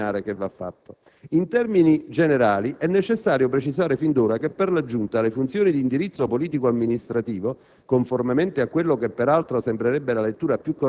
che comunque va fatto un ragionamento preliminare. In termini generali, è necessario precisare fin d'ora che, per la Giunta, le funzioni di indirizzo politico-amministrativo,